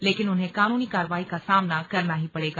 लेकिन उन्हें कानूनी कार्रवाई का सामना करना ही पड़ेगा